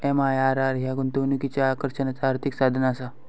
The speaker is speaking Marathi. एम.आय.आर.आर ह्या गुंतवणुकीच्या आकर्षणाचा आर्थिक साधनआसा